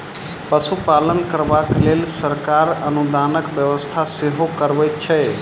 पशुपालन करबाक लेल सरकार अनुदानक व्यवस्था सेहो करबैत छै